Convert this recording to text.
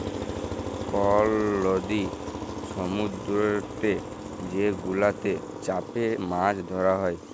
call লদি সমুদ্দুরেতে যে গুলাতে চ্যাপে মাছ ধ্যরা হ্যয়